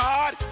God